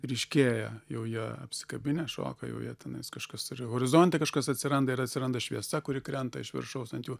ryškėja jau jie apsikabinę šoka jau jie tenais kažkas ir horizonte kažkas atsiranda ir atsiranda šviesa kuri krenta iš viršaus ant jų